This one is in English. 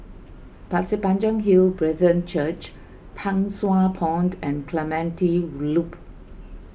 Pasir Panjang Hill Brethren Church Pang Sua Pond and Clementi Loop